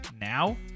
now